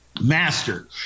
master